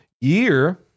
year